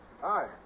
Hi